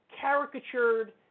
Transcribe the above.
caricatured